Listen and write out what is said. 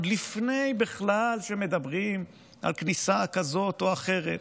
עוד לפני שבכלל מדברים על כניסה כזאת או אחרת,